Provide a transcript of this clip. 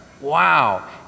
Wow